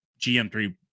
GM3